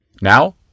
Now